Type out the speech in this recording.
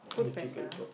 FoodPanda